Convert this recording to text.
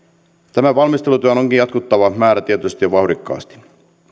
tämän valmistelutyön onkin jatkuttava määrätietoisesti ja vauhdikkaasti